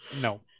No